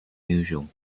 usual